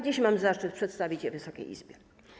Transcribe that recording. Dziś mam zaszczyt przedstawić je Wysokiej Izbie.